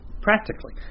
practically